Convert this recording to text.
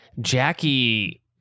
Jackie